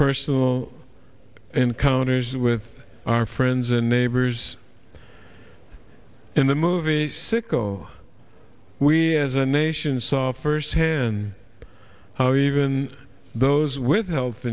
personal encounters with our friends and neighbors in the movie sicko we as a nation saw firsthand how even those with health